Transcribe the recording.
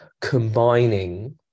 combining